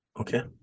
Okay